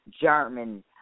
German